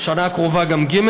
ובשנה הקרובה גם ג',